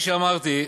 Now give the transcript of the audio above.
שאמרתי,